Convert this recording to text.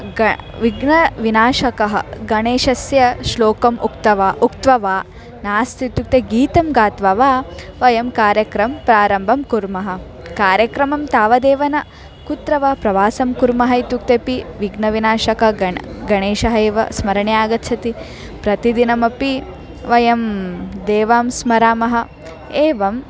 ग विघ्नविनाशकः गणेशस्य श्लोकम् उक्त्वा उक्त्वा वा नास्ति इत्युक्ते गीतं गीत्वा वा वयं कार्यक्रमस्य प्रारम्भं कुर्मः कार्यक्रमं तावदेव न कुत्र वा प्रवासं कुर्मः इत्युक्ते पि विघ्नविनाशकः गणेशः गणेशः एव स्मरणे आगच्छति प्रतिदिनमपि वयं देवं स्मरामः एवम्